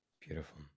Beautiful